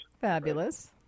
Fabulous